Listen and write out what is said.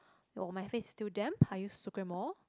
while my face is still damp I use Sucremor